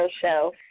Show